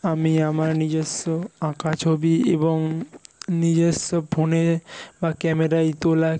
আমি আমার নিজস্ব আঁকা ছবি এবং নিজস্ব ফোনে বা ক্যামেরায় তোলা